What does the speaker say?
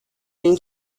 این